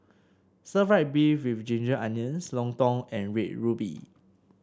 Stir Fried Beef with Ginger Onions Lontong and Red Ruby